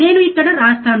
నేను ఇక్కడ వ్రాస్తాను